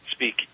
speak